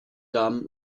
damen